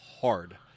hard